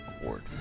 award